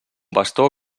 bastó